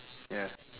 ya